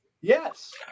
Yes